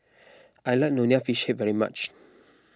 I like Nonya Fish Head very much